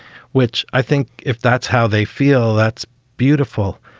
which i think if that's how they feel, that's beautiful.